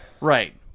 Right